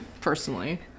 personally